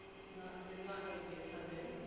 is not is not going to be attending.